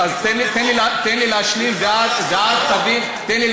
אז תן לי להשלים, ואז תבין.